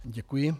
Děkuji.